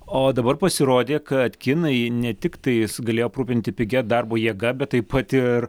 o dabar pasirodė kad kinai ne tiktai galėjo aprūpinti pigia darbo jėga bet taip pat ir